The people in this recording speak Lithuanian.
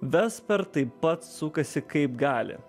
vester taip pat sukasi kaip gali